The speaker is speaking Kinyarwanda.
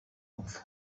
gupfa